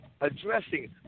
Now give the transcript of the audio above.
addressing